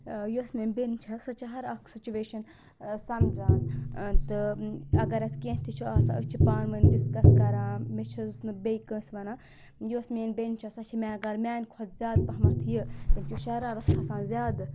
یۄس مےٚ بیٚنہِ چھےٚ سۄ چھےٚ ہر اکھ سُچٕویٚشَن سَمجان تہٕ اگر اَسہِ کینٛہہ تہِ چھُ آسان أسۍ چھِ پانہٕ ؤنۍ ڈِسکَس کَران مےٚ چھَس نہٕ بیٚیہِ کٲنٛسہِ وَنان یۄس میٲنۍ بیٚنہِ چھےٚ سۄ چھےٚ مےٚ میٛانہِ کھۄتہٕ زیادٕ پَہمَتھ یہِ تٮ۪مِس چھُ شَرارت کھَسان زیادٕ